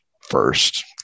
first